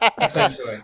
Essentially